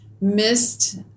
missed